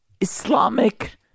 Islamic